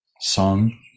song